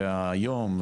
והיום,